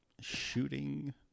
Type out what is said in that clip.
shooting